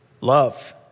Love